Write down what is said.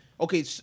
okay